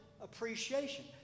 appreciation